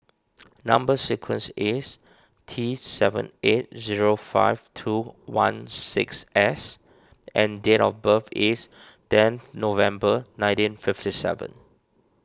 Number Sequence is T seven eight zero five two one six S and date of birth is ten November nineteen fifty seven